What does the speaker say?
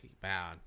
bad